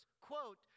Quote